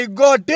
god